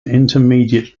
intermediate